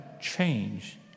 change